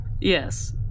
Yes